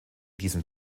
diesem